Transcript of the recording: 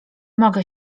mogę